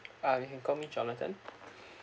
I am can call me jonathan